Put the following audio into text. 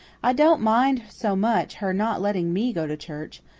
i don't mind so much her not letting me go to church,